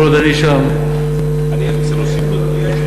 כל עוד אני שם, אני רוצה להוסיף שאלה.